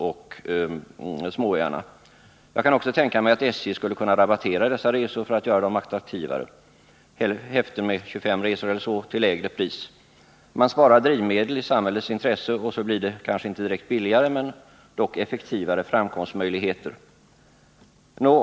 I samhällets intresse skulle man således spara drivmedel, och när det gäller framkomstmöjligheterna skulle det bli om inte direkt billigare så dock effektivare.